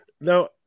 Now